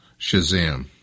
Shazam